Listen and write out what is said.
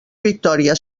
vitòria